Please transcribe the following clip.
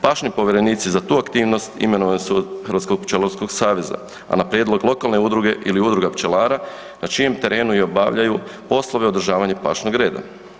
Pašni povjerenici za tu aktivnost imenuju se od Hrvatskog pčelarskog saveza, a na prijedlog lokalne udruge ili udruga pčelara na čijem terenu i obavljaju poslove održavanja pašnog reda.